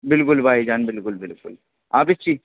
بالکل بھائی جان بالکل بالکل آپ اِس کی